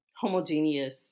homogeneous